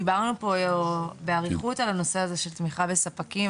דיברנו פה באריכות על הנושא הזה של תמיכה בספקים,